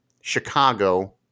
chicago